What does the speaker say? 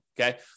okay